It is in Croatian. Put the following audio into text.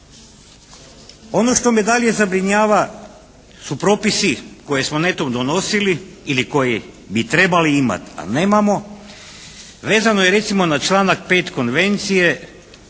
Ono što me dalje zabrinjava su propisi koje smo netom donosili ili koje bi trebali imati ali nemamo vezano je recimo na članak 5. Konvencije